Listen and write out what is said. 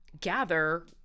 gather